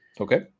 Okay